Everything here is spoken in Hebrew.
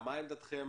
מה עמדתכם